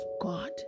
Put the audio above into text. God